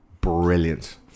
Brilliant